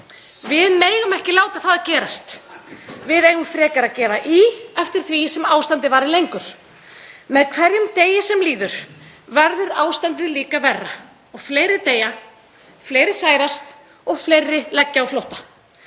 Við megum ekki láta það gerast. Við eigum frekar að gefa í eftir því sem ástandið varir lengur. Með hverjum degi sem líður verður ástandið líka verra og fleiri deyja, fleiri særast og fleiri leggja á flótta.